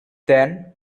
then